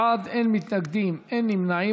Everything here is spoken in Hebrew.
31 בעד, אין מתנגדים, אין נמנעים.